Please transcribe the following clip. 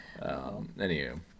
Anywho